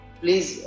please